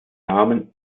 namen